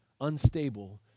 unstable